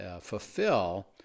fulfill